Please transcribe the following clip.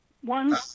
One